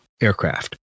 aircraft